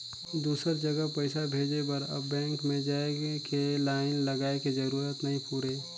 दुसर जघा पइसा भेजे बर अब बेंक में जाए के लाईन लगाए के जरूरत नइ पुरे